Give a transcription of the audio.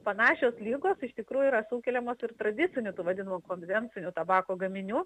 panašios ligos iš tikrųjų yra sukeliamos ir tradiciniu tų vadinamu konvenciniu tabako gaminių